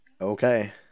Okay